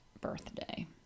birthday